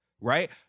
right